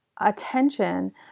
attention